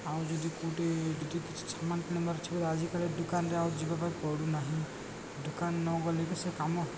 ଆଉ ଯଦି କେଉଁଠି ଯଦି କିଛି ସାମାନ କିଣିବାର ଆଜିକାଲି ଦୋକାନରେ ଆଉ ଯିବା ପାଇଁ ପଡ଼ୁନାହିଁ ଦୋକାନ ନ ଗଲେ କି ସେ କାମ